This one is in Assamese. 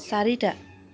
চাৰিটা